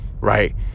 right